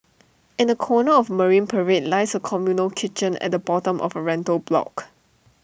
in A corner of marine parade lies A communal kitchen at the bottom of A rental block